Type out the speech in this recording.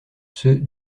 ceux